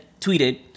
tweeted